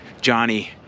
johnny